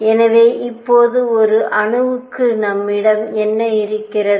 எனவே இப்போது ஒரு அணுவுக்கு நம்மிடம் என்ன இருக்கிறது